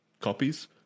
copies